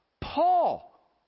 Paul